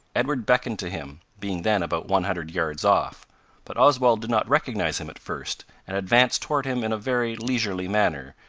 edward beckoned to him, being then about one hundred yards off but oswald did not recognize him at first, and advanced toward him in a very leisurely manner,